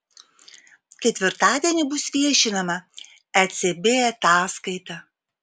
ketvirtadienį bus viešinama ecb ataskaita